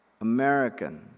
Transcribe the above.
American